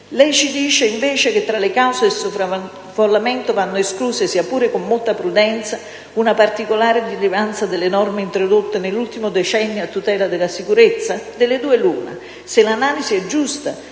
Lei ci dice, invece, che tra le cause del sovraffollamento vanno escluse, sia pure con molta prudenza, una particolare rilevanza delle norme introdotte nell'ultimo decennio a tutela della sicurezza. Delle due l'una: